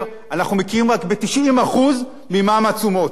אנחנו מכירים רק ב-90% ממע"מ התשומות,